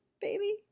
baby